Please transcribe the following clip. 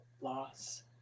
loss